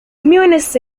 means